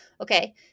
Okay